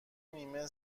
نیمه